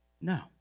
No